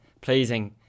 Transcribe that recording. pleasing